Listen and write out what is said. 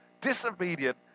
disobedient